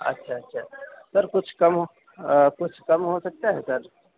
اچھا اچھا سر کچھ کم کچھ کم ہو سکتا ہے سر